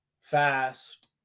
fast